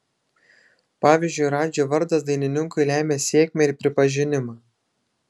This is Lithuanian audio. pavyzdžiui radži vardas dainininkui lemia sėkmę ir pripažinimą